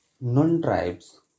non-tribes